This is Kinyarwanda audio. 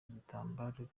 igitambaro